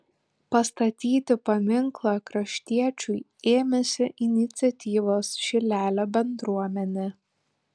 pastatyti paminklą kraštiečiui ėmėsi iniciatyvos šilelio bendruomenė